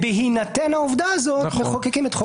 ובהינתן העובדה הזאת מחוקקים את חוק הלאום.